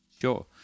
Sure